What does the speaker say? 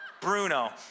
Bruno